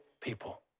people